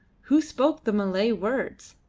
who spoke the malay words?